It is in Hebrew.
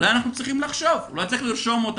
אולי אנחנו צריכים לחשוב, אולי צריך לרשום אותם?